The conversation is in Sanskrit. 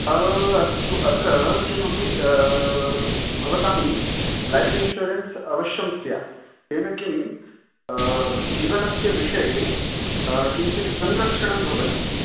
अस्तु अत्र किम् अपि भवतां लैफ़् इन्शोरेन्स अवश्यं स्यात् येन किं जीवनस्य विषये किञ्चित् संरक्षणं भवति